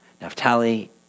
Naphtali